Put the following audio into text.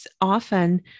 often